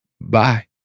Bye